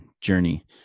journey